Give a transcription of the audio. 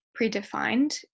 predefined